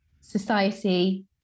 society